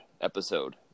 episode